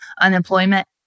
unemployment